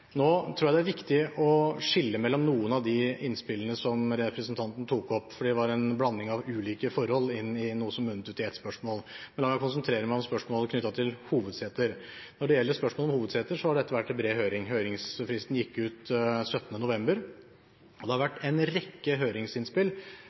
Nå tror jeg det er viktig å skille mellom noen av de innspillene som representanten tok opp, for det var en blanding av ulike forhold som munnet ut i ett spørsmål. La meg konsentrere meg om spørsmålet knyttet til hovedseter. Når det gjelder spørsmålet om hovedseter, har det vært til bred høring. Høringsfristen gikk ut den 17. november, og det har vært en rekke høringsinnspill